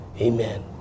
Amen